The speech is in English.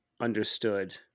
understood